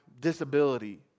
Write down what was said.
disability